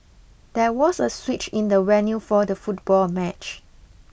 there was a switch in the venue for the football match